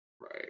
Right